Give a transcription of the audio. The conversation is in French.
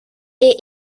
est